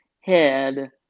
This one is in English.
head